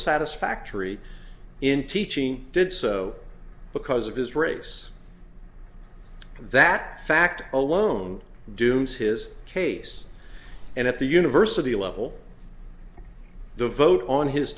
satisfactory in teaching did so because of his race that fact alone dooms his case and at the university level the vote on his